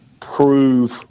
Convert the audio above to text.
prove